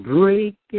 Break